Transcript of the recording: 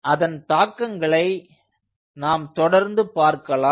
அதன் தாக்கங்களை நாம் தொடர்ந்து பார்க்கலாம்